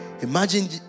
Imagine